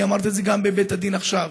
אני אמרתי את זה גם בבית הדין עכשיו: